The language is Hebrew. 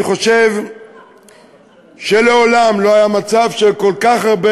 אני חושב שמעולם לא היה מצב שכל כך הרבה